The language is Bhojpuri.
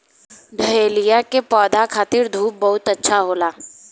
डहेलिया के पौधा खातिर धूप बहुत अच्छा होला